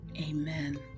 Amen